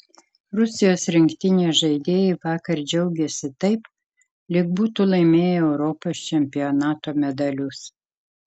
rusijos rinktinės žaidėjai vakar džiaugėsi taip lyg būtų laimėję europos čempionato medalius